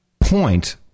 point